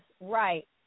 right